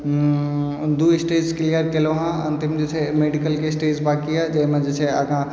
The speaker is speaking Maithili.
दू स्टेज क्लियर केलहुँ अंतिम जे छै मेडिकलके स्टेज बाकी अइ जाहिमे जे छै आगाँ